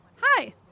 Hi